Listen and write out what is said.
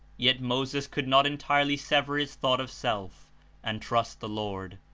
yet moses could not entirely sever his thought of self and trust the lord.